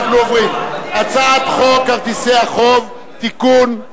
אנחנו עוברים להצעת חוק כרטיסי חיוב (תיקון,